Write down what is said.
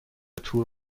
تور